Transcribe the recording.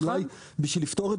אולי בשביל לפתור,